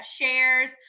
shares